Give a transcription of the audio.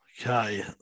Okay